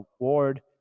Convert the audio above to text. award